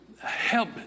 Help